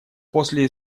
после